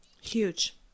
Huge